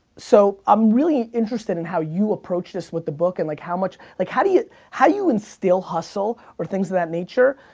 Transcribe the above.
so i'm really interested in how you approach this with the book, and like how much, like how do you, how do you instill hustle, or things of that nature,